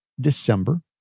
December